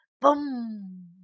Boom